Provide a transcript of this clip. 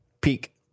Peak